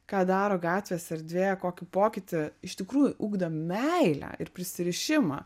ką daro gatvės erdvė kokį pokytį iš tikrųjų ugdo meilę ir prisirišimą